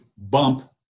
bump